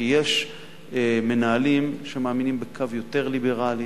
כי יש מנהלים שמאמינים בקו יותר ליברלי